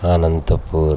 Anantapur